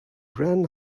ran